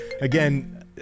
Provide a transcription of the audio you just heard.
again